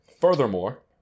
furthermore